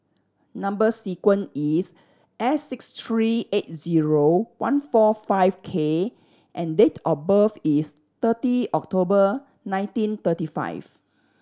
number sequence is S six three eight zero one four five K and date of birth is thirty October nineteen thirty five